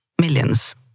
millions